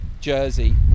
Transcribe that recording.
jersey